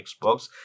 xbox